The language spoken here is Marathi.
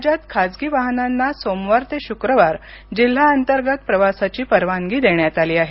राज्यात खाजगी वाहनांना सोमवार ते शुक्रवार जिल्हा अंतर्गत प्रवासाची परवानगी देण्यात आली आहे